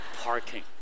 Parking